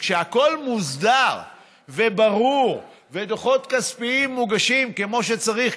וכשהכול מוסדר וברור ודוחות כספיים מוגשים כמו שצריך,